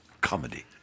comedy